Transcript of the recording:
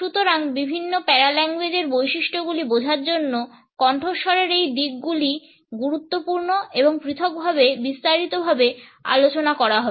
সুতরাং বিভিন্ন প্যারাল্যাঙ্গুয়েজের বৈশিষ্ট্যগুলি বোঝার জন্য কণ্ঠস্বরের এই দিকগুলি গুরুত্বপূর্ণ এবং পৃথকভাবে বিস্তারিতভাবে আলোচনা করা হবে